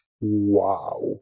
Wow